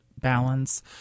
balance